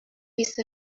piece